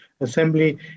assembly